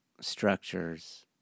structures